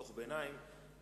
דוח ביניים,